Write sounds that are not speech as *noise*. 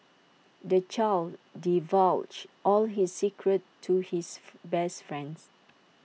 the child divulged all his secrets to his *noise* best friend